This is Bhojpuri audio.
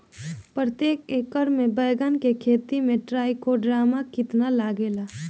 प्रतेक एकर मे बैगन के खेती मे ट्राईकोद्रमा कितना लागेला?